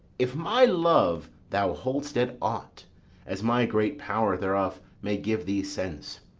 if my love thou hold'st at aught as my great power thereof may give thee sense,